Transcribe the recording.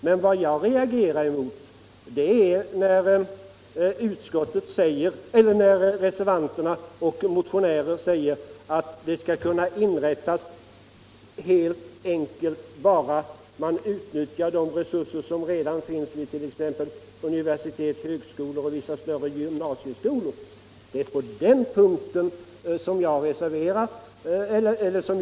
Men vad jag reagerar emot är när motionärer och reservanter säger att sådana centra skall kunna inrättas bara genom att man helt enkelt utnyttjar de resurser som redan finns vid t.ex. universitet, högskolor och vissa större gymnasieskolor. Det är på den punkten som jag har reagerat.